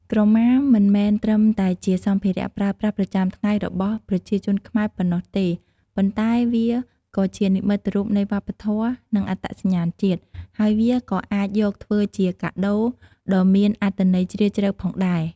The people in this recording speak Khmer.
ក្រមា មិនមែនត្រឹមតែជាសម្ភារៈប្រើប្រាស់ប្រចាំថ្ងៃរបស់ប្រជាជនខ្មែរប៉ុណ្ណោះទេ ប៉ុន្តែវាក៏ជា និមិត្តរូបនៃវប្បធម៌ និងអត្តសញ្ញាណជាតិ ហើយវាក៏អាចយកធ្វើជាកាដូដ៏មានអត្ថន័យជ្រាលជ្រៅផងដែរ។